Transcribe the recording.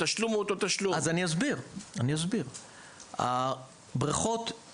זה לא משנה, הלוא התשלום הוא אותו תשלום.